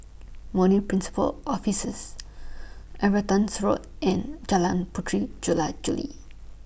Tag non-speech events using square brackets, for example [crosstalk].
[unintelligible] Principal Offices [noise] Evertons Road and Jalan Puteri Jula Juli